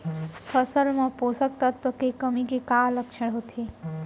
फसल मा पोसक तत्व के कमी के का लक्षण होथे?